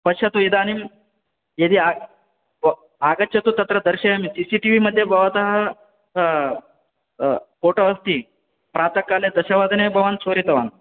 पश्यतु इदानीम् यदि आ व आगच्छतु तत्र दर्शयामि सि सि टि वि मध्ये भवतः फोटो अस्ति प्रातःकाले दशवादने भवान् चोरितवान्